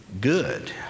good